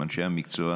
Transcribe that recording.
עם אנשי המקצוע,